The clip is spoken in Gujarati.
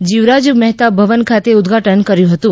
જીવરાજ મહેતા ભવન ખાતે ઉદ્દઘાટન કર્યું હતું